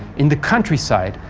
in the countryside,